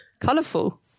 colourful